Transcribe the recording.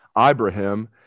Ibrahim